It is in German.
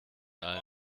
ein